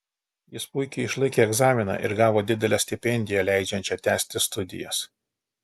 jis puikiai išlaikė egzaminą ir gavo didelę stipendiją leidžiančią tęsti studijas